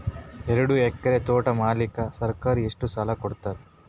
ಎರಡು ಎಕರಿ ತೋಟ ಮಾಡಲಿಕ್ಕ ಸರ್ಕಾರ ಎಷ್ಟ ಸಾಲ ಕೊಡತದ?